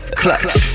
clutch